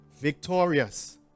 victorious